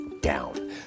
down